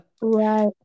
Right